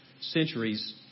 centuries